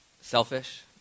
Selfish